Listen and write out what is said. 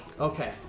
Okay